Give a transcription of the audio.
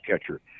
catcher